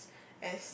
as